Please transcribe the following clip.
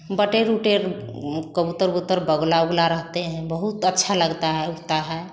बटेर उटेर कबूतर उबुतर बगुला उगला रहते हैं बहुत अच्छा लगता है उड़ता है